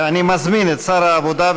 אני מזמין את שר העבודה,